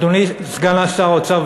אדוני סגן שר האוצר,